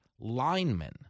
linemen